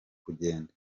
kugenda